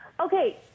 Okay